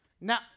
now